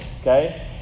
Okay